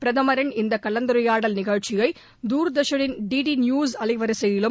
பிரதமின் இந்த கலந்துரையாடல் நிகழ்ச்சியை தூர்தர்ஷனின் டிடிநியூஸ் அலைவரிசையிலும்